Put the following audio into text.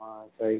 ಹಾಂ ಸರಿ